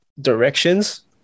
directions